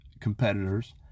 competitors